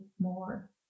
more